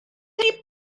ydy